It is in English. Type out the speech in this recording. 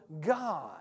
God